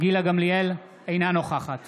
גילה גמליאל, אינה נוכחת